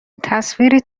تصویری